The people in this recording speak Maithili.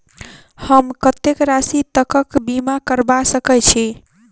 हम कत्तेक राशि तकक बीमा करबा सकै छी?